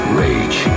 rage